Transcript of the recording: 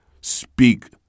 speak